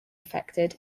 affected